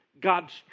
God's